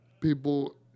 people